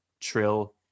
trill